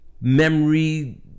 memory